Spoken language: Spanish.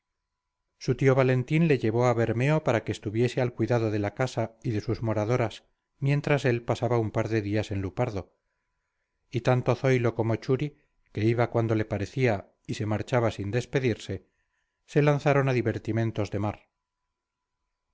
su tío valentín le llevó a bermeo para que estuviese al cuidado de la casa y de sus moradoras mientras él pasaba un par de días en lupardo y tanto zoilo como churi que iba cuando le parecía y se marchaba sin despedirse se lanzaron a divertimientos de mar